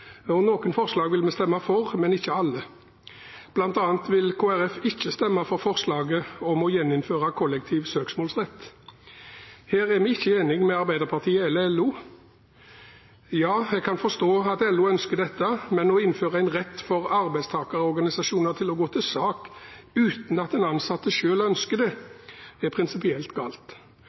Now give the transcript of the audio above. og noen forslag vil vi stemme for, men ikke alle. Blant annet vil Kristelig Folkeparti ikke stemme for forslaget om å gjeninnføre kollektiv søksmålsrett. Her er vi ikke enige med Arbeiderpartiet, eller LO. Ja, jeg kan forstå at LO ønsker dette, men å innføre en rett for arbeidstakerorganisasjoner til å gå til sak uten at den ansatte selv ønsker det, er prinsipielt galt.